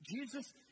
Jesus